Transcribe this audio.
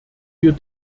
wir